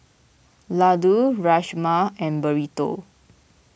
Ladoo Rajma and Burrito